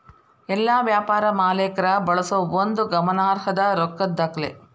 ಎಲ್ಲಾ ವ್ಯಾಪಾರ ಮಾಲೇಕ್ರ ಬಳಸೋ ಒಂದು ಗಮನಾರ್ಹದ್ದ ರೊಕ್ಕದ್ ದಾಖಲೆ